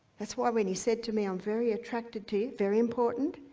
that's why when he said to me, i'm very attracted to you, very important,